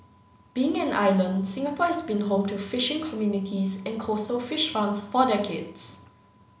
being an island Singapore has been home to fishing communities and coastal fish farms for decades